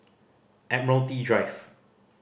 Admiralty Drive